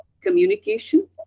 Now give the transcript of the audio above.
communication